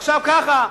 עכשיו ככה.